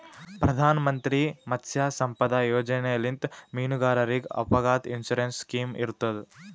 ಪ್ರಧಾನ್ ಮಂತ್ರಿ ಮತ್ಸ್ಯ ಸಂಪದಾ ಯೋಜನೆಲಿಂತ್ ಮೀನುಗಾರರಿಗ್ ಅಪಘಾತ್ ಇನ್ಸೂರೆನ್ಸ್ ಸ್ಕಿಮ್ ಇರ್ತದ್